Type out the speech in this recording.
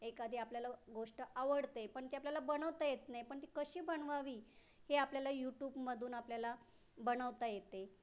एखादी आपल्याला गोष्ट आवडते पण ती आपल्याला बनवता येत नाही पण ती कशी बनवावी हे आपल्याला युट्यूबमधून आपल्याला बनवता येते